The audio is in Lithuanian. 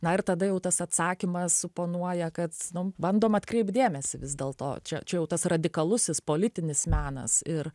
na ir tada jau tas atsakymas suponuoja kad nu bandom atkreipt dėmesį vis dėlto čia čia jau tas radikalusis politinis menas ir